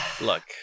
Look